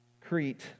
Crete